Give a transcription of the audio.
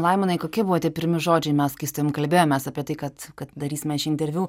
laimonai kokie buvo tie pirmi žodžiai mes kai su tavim kalbėjomės apie tai kad kad darysime šį interviu